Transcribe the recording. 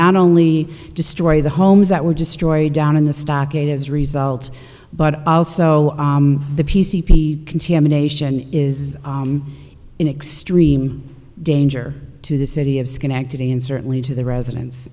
not only destroy the homes that were destroyed down in the stockade as a result but also the p c p contamination is in extreme danger to the city of schenectady and certainly to the residents